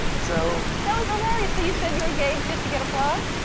so. that was hilarious. so you said you were engaged just to get applause?